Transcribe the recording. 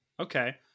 Okay